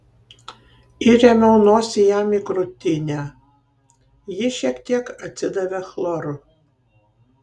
įrėmiau nosį jam į krūtinę ji šiek tiek atsidavė chloru